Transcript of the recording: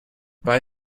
bye